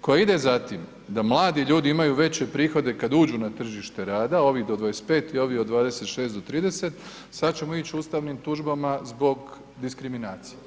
koja ide za tim da mladi ljudi imaju veće prihode kad uđu na tržište rada ovi do 25 i ovi od 26 do 30, sad ćemo ići ustavnim tužbama zbog diskriminacije.